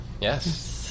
Yes